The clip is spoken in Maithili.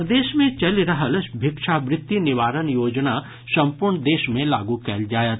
प्रदेश मे चलि रहल भिक्षावृत्ति निवारण योजना संपूर्ण देश मे लागू कयल जायत